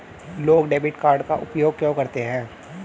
लोग debit card का उपयोग क्यों करते हैं?